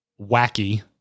wacky